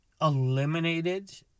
eliminated